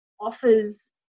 offers